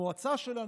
המועצה שלנו,